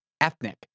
ethnic